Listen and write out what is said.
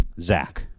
Zach